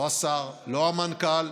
לא השר, לא המנכ"ל,